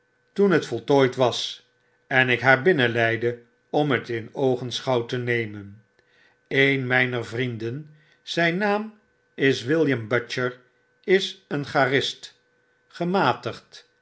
toen het voltooid was en ik haar binnenleidde om het in oogenschouw te nemen een myner vrienden zyn naam is william butcher is een chartist gematigd